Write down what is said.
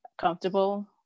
comfortable